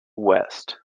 west